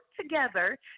together